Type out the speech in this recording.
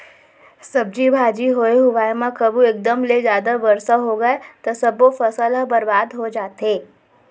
सब्जी भाजी होए हुवाए म कभू एकदम ले जादा बरसा होगे त सब्बो फसल ह बरबाद हो जाथे